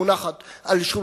המונח על שולחנותינו.